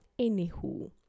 Anywho